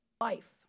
Life